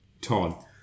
Todd